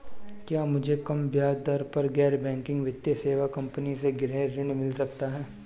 क्या मुझे कम ब्याज दर पर गैर बैंकिंग वित्तीय सेवा कंपनी से गृह ऋण मिल सकता है?